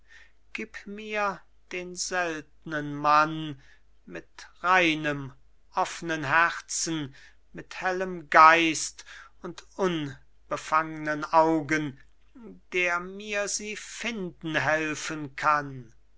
gib mir den seltnen mann mit reinem offnem herzen mit hellem geist und unbefangnen augen der mir sie finden helfen kann